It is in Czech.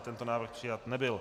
Tento návrh přijat nebyl.